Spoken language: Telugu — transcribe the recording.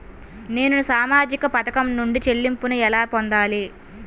నేను సామాజిక పథకం నుండి చెల్లింపును ఎలా పొందాలి?